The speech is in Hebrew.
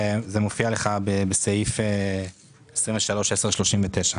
זה מופיע בתוכנית 231039,